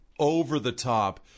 over-the-top